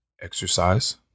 Exercise